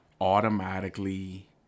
automatically